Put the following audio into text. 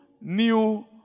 new